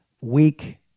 weak